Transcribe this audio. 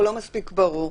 הוא לא מספיק ברור.